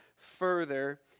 further